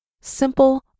simple